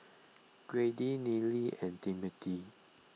Grady Neely and Timothy